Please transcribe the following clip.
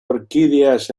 orquídeas